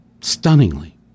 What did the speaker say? stunningly